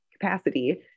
capacity